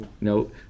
no